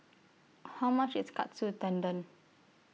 How much IS Katsu Tendon